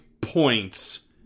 points